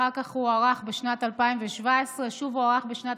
אחר כך הוארך בשנת 2017 ושוב הוארך בשנת